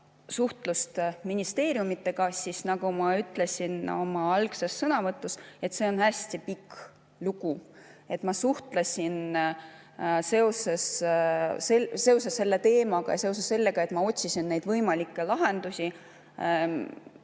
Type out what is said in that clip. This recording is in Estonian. suhtlust ministeeriumidega, siis nagu ma ütlesin oma algses sõnavõtus, see on hästi pikk lugu. Ma suhtlesin seoses selle teemaga, seoses sellega, et ma otsisin neid võimalikke lahendusi,